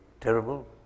terrible